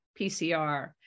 PCR